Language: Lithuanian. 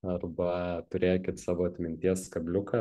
arba turėkit savo atminties kabliuką